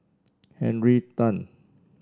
Henry Tan